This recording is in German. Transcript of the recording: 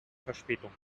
verspätung